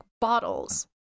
bottles